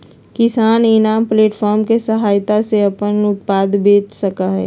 किसान इनाम प्लेटफार्म के सहायता से अपन उत्पाद बेच सका हई